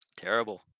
Terrible